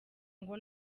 ngo